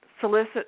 solicit